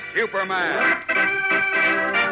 Superman